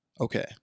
okay